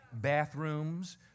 Bathrooms